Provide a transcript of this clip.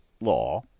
Law